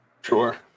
Sure